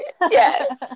Yes